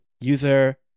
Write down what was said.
user